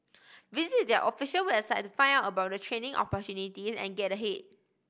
visit their official website to find out about the training opportunities and get ahead